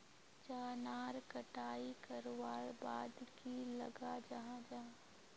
चनार कटाई करवार बाद की लगा जाहा जाहा?